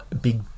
big